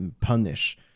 punish